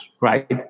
right